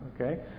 Okay